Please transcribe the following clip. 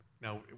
now